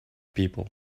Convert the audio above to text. people